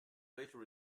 later